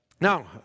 Now